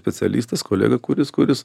specialistas kolega kuris kuris